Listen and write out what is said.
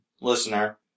listener